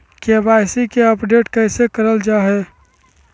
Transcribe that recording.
KYC update कैसे करल जाहै?